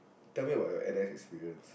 tell me about your n_s experience